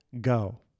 go